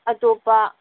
ꯑꯇꯣꯞꯄ